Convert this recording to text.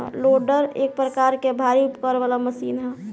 loader एक प्रकार के भारी उपकरण वाला मशीन ह